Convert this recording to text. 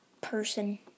person